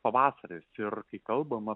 pavasaris ir kai kalbama